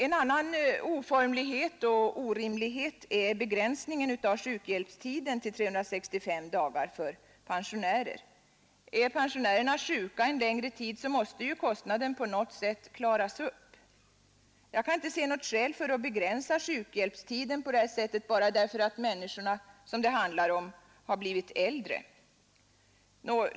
En annan oformlighet och orimlighet är begränsningen av sjukhjälpstiden till 365 dagar för pensionärer. Är pensionärerna sjuka en längre tid måste ju kostnaden på något sätt klaras upp. Jag kan inte se något skäl för att begränsa sjukhjälpstiden på det här sättet bara därför att människorna som det handlar om har blivit äldre.